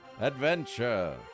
adventure